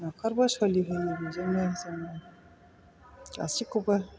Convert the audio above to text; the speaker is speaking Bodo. न'खरबो सोलियो बेजोंनो जों गासैखौबो